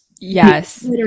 yes